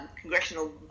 Congressional